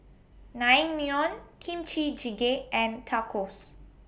Naengmyeon Kimchi Jjigae and Tacos